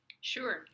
Sure